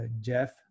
Jeff